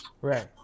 Right